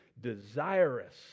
desirous